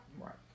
Right